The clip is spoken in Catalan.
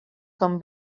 com